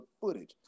footage